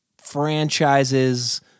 franchises